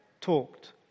talked